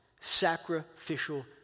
sacrificial